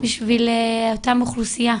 בשביל אותה אוכלוסייה,